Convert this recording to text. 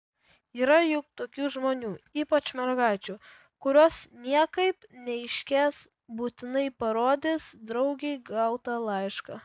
yra juk tokių žmonių ypač mergaičių kurios niekaip neiškęs būtinai parodys draugei gautą laišką